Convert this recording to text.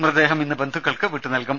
മൃതദേഹം ഇന്ന് ബന്ധുക്കൾക്ക് വിട്ടു നൽകും